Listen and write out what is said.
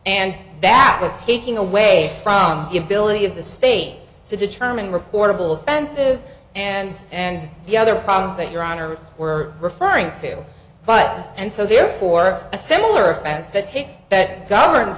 and that was taking away from the ability of the state to determine reportable offenses and and the other problems that your honour's were referring to but and so therefore a similar offense that takes that govern